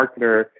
marketer